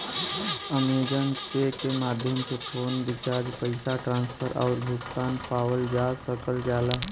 Amazon Pay के माध्यम से फ़ोन रिचार्ज पैसा ट्रांसफर आउर भुगतान पावल जा सकल जाला